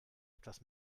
etwas